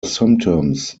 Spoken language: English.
symptoms